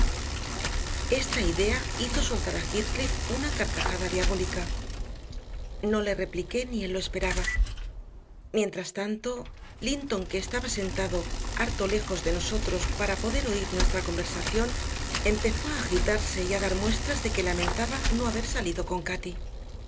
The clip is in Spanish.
esta idea hizo soltar a heathcliff una carcajada diabólica no le repliqué ni él lo esperaba mientras tanto linton que estaba sentado harto lejos de nosotros para poder oír nuestra conversación empezó a agitarse y a dar muestras de que lamentaba no haber salido con cati